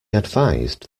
advised